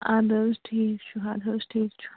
اَدٕ حظ ٹھیٖک چھُ اَدٕ حظ ٹھیٖک چھُ